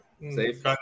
Safe